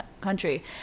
country